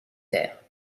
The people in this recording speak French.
terre